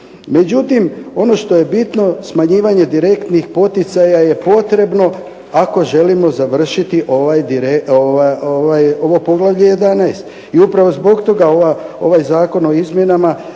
Međutim, ono što je bitno smanjivanje direktnih poticaja je potrebno ako želimo završiti ovo poglavlje 11. i upravo zbog toga ovaj zakon o izmjenama